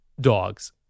dogs